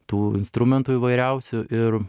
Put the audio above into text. tų instrumentų įvairiausių ir